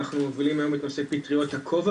אנחנו מובילים היום את נושא פטריות הכובע,